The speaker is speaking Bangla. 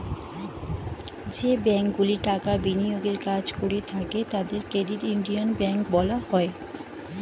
যে ব্যাঙ্কগুলি টাকা বিনিয়োগের কাজ করে থাকে তাদের ক্রেডিট ইউনিয়ন ব্যাঙ্ক বলা হয়